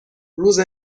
روز